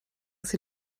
sie